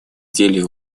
деле